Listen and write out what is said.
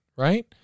Right